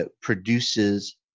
produces